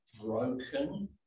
broken